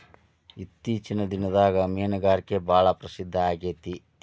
ಇತ್ತೇಚಿನ ದಿನದಾಗ ಮೇನುಗಾರಿಕೆ ಭಾಳ ಪ್ರಸಿದ್ದ ಆಗೇತಿ